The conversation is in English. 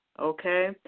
Okay